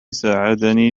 ساعدني